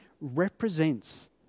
represents